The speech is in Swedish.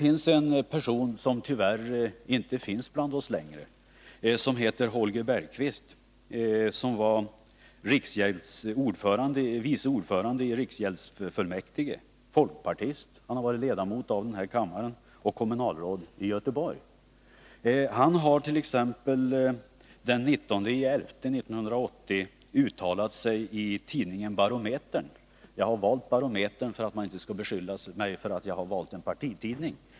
Holger Bergqvist, som tyvärr inte finns bland oss längre, f. d. vice ordförande i riksgäldsfullmäktige, folkpartist, tidigare riksdagsman och kommunalråd i Göteborg, uttalade sig den 19 november 1980 i tidningen Barometern. Jag har valt den tidningen för att inte bli beskylld för att citera ur en partitidning.